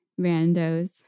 randos